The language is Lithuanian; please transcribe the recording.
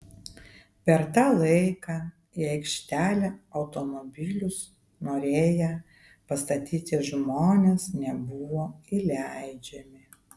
per tą laiką į aikštelę automobilius norėję pastatyti žmonės nebuvo įleidžiami